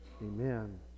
amen